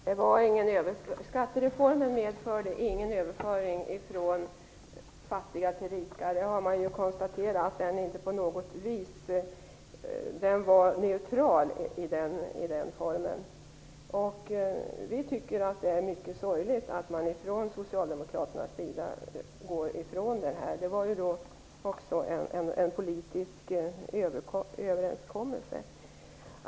Fru talman! Skattereformen medförde ingen överföring av pengar från fattiga till rika. Det är konstaterat att den inte på något vis hade den effekten. Den var i sin form neutral. Och det är mycket sorgligt att man från socialdemokraternas sida går ifrån den. Den innebar ju också en politisk överenskommelse.